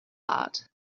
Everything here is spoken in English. heart